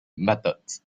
methods